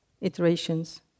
iterations